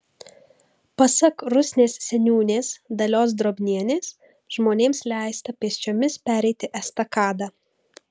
pasak rusnės seniūnės dalios drobnienės žmonėms leista pėsčiomis pereiti estakadą